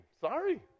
Sorry